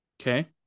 Okay